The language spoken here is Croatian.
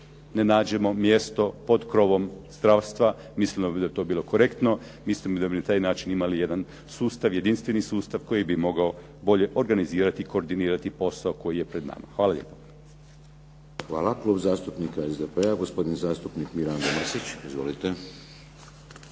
ne nađemo mjesto pod krovom zdravstva. Mislimo da bi to bilo korektno, mislimo da bi na taj način imali jedan sustav, jedinstveni sustav koji bi mogao bolje organizirati i koordinirati posao koji je pred nama. Hvala lijepo. **Šeks, Vladimir (HDZ)** Hvala. Klub zastupnika SDP-a gospodin zastupnik Mirando Mrsić. Izvolite.